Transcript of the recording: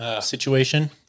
situation